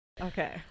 Okay